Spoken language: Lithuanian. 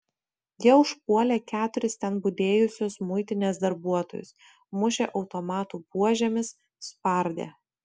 jie užpuolė keturis ten budėjusius muitinės darbuotojus mušė automatų buožėmis spardė